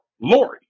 Lori